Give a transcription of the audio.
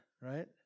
right